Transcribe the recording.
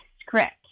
script